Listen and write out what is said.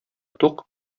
тук